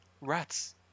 rats